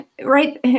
right